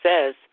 says